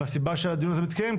והסיבה שהדיון הזה מתקיים,